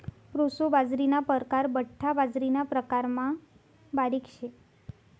proso बाजरीना परकार बठ्ठा बाजरीना प्रकारमा बारीक शे